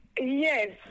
Yes